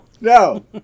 No